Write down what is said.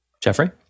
Jeffrey